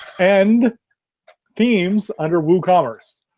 and themes under woocommerce.